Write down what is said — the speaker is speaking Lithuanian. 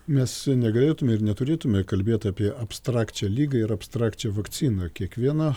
mes negalėtume ir neturėtume kalbėt apie abstrakčią ligą ir abstrakčią vakciną kiekviena